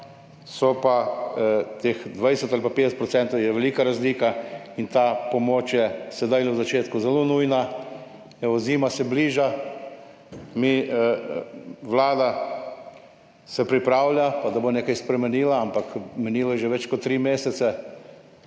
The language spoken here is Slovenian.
Teh 20 ali pa 50 % je velika razlika. In ta pomoč je sedaj na začetku zelo nujna. Zima se bliža, Vlada se pripravlja pa da bo nekaj spremenila, ampak minilo je že več kot tri mesece,